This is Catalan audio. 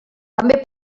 també